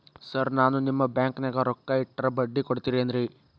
Sir ನಾನು ನಿಮ್ಮ ಬ್ಯಾಂಕನಾಗ ರೊಕ್ಕ ಇಟ್ಟರ ಬಡ್ಡಿ ಕೊಡತೇರೇನ್ರಿ?